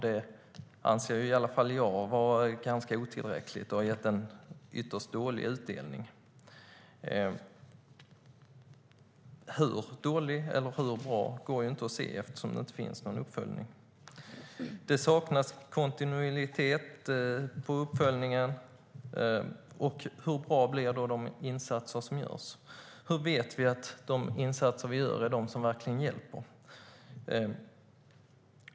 Det anser i alla fall jag vara ganska otillräckligt och har gett en ytterst dålig utdelning. Hur dålig eller hur bra går inte att se eftersom det inte finns någon uppföljning. Det saknas kontinuitet i uppföljningarna. Hur bra blir då de insatser som görs? Hur vet vi att de insatser som görs är de som verkligen hjälper?